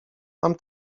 mam